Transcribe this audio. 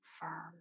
firm